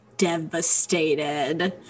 devastated